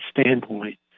standpoint